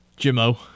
Jimmo